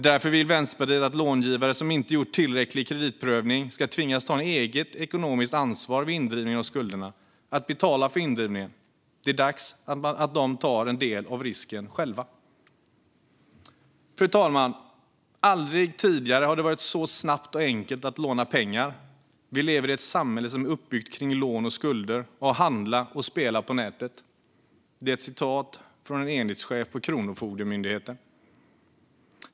Därför vill Vänsterpartiet att långivare som inte gjort tillräckliga kreditprövningar ska tvingas ta ett eget ekonomiskt ansvar vid indrivningen av skulderna och betala för indrivningen. Det är dags att de tar en del av risken själva. Fru talman! "Aldrig tidigare har det varit så snabbt och enkelt att låna pengar. Vi lever i ett samhälle som är uppbyggt kring lån och skulder, och att handla och spela på nätet." Detta är ett citat från en enhetschef på Kronofogdemyndigheten.